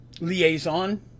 Liaison